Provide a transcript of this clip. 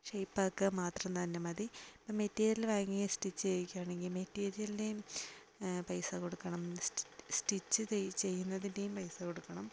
ഷെയ്പ്പാക്കുക മാത്രം തന്നെ മതി മെറ്റീരിയൽ വാങ്ങി സ്റ്റിച്ച് ചെയ്യിക്കുകയാണെങ്കിൽ മെറ്റീരിയലിൻ്റേയും പൈസ കൊടുക്കണം സ്റ്റിച്ച് ചെയ്യുന്നതിൻ്റെയും പൈസ കൊടുക്കണം